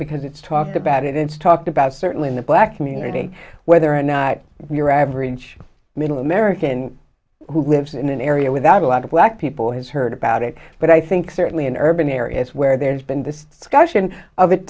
because it's talked about it it's talked about certainly in the black community whether or not your average middle american who lives in an area without a lot of black people has heard about it but i think certainly in urban areas where there's been this discussion of it